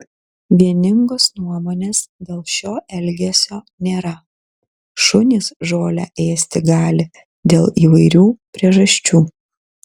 vieningos nuomonės dėl šio elgesio nėra šunys žolę ėsti gali dėl įvairių priežasčių